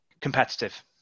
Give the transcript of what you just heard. Competitive